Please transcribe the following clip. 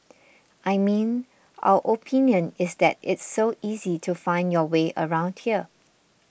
I mean our opinion is that it's so easy to find your way around here